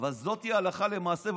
אבל זאת הלכה למעשה.